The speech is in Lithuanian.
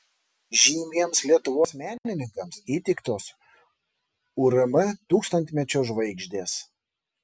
žymiems lietuvos menininkams įteiktos urm tūkstantmečio žvaigždės